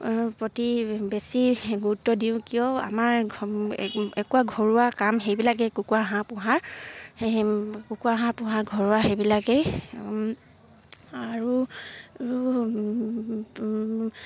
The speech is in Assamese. প্ৰতি বেছি গুৰুত্ব দিওঁ কিয় আমাৰ ঘৰুৱা কাম সেইবিলাকেই কুকুৰা হাঁহ পোহাৰ সেই কুকুৰা হাঁহ পোহাৰ ঘৰুৱা সেইবিলাকেই আৰু